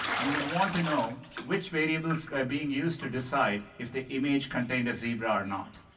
you would want to know which variables were being used to decide if the image contained a zebra or not.